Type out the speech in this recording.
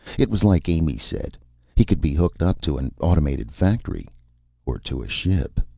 it was like amy said he could be hooked up to an automated factory or to a ship.